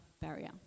barrier